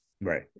Right